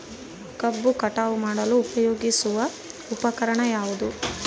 ಕಬ್ಬು ಕಟಾವು ಮಾಡಲು ಉಪಯೋಗಿಸುವ ಉಪಕರಣ ಯಾವುದು?